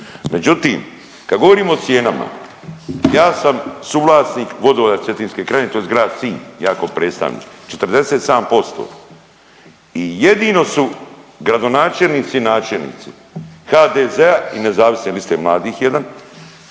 Međutim, kad govorimo o cijenama ja sam suvlasnik vodovoda Cetinske krajine tj. Grad Sinj, ja ko predstavnik, 47% i jedino su gradonačelnici i načelnici HDZ-a i nezavisne liste mladih jedan,